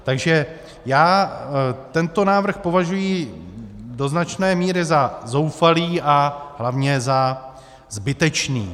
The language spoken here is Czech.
Takže tento návrh považuji do značné míry za zoufalý a hlavně za zbytečný.